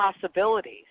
possibilities